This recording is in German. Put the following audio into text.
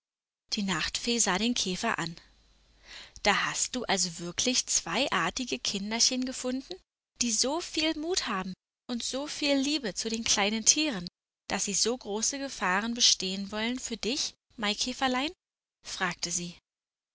die nachtfee sah den käfer an da hast du also wirklich zwei artige kinderchen gefunden die so viel mut haben und so viel liebe zu den kleinen tieren daß sie so große gefahren bestehen wollen für dich maikäferlein fragte sie